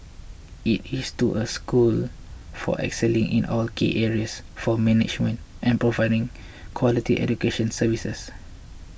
it is to a school for excelling in all key areas for management and providing quality education services